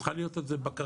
צריכה להיות על זה בקרה.